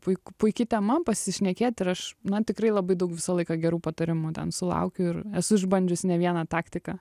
puik puiki tema pasišnekėt ir aš na tikrai labai daug visą laiką gerų patarimų sulaukiu ir esu išbandžius ne vieną taktiką